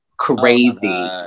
crazy